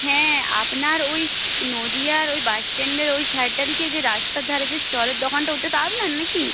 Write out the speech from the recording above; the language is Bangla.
হ্যাঁ আপনার ওই নদীয়ার ওই বাস স্ট্যান্ডের ওই সাইডটার দিকে যে রাস্তার ধারে যে স্টলের দোকানটা ওটা তো আপনার নাকি